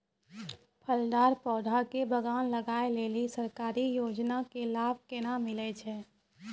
फलदार पौधा के बगान लगाय लेली सरकारी योजना के लाभ केना मिलै छै?